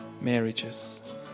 marriages